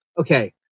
okay